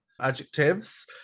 adjectives